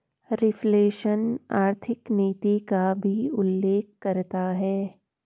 reflation आर्थिक नीति का भी उल्लेख करता है